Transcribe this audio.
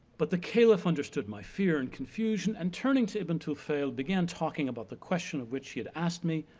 but the caliph understood my fear and confusion, and turning to ibn tufayl began talking about the question of which he had asked me,